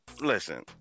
listen